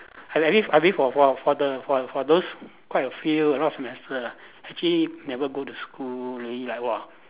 I live I live for for for the for for those quite a few a lot of semester actually never go to school really like !whoa!